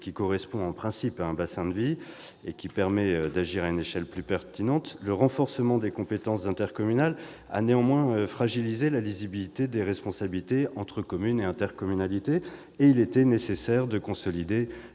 qui correspond en principe à un bassin de vie et qui permet d'agir à un niveau plus pertinent, le renforcement des compétences intercommunales a néanmoins fragilisé la lisibilité des responsabilités entre communes et intercommunalités. Il était donc nécessaire de consolider